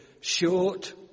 short